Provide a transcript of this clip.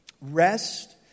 rest